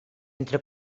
entre